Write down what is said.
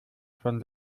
von